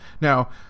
Now